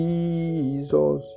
Jesus